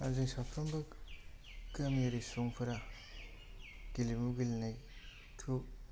आरो जों साफ्रोमबो गामियारि सुबुंफोरा गेलेमु गेलेनायखौ